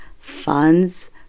funds